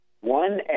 one